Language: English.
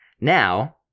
Now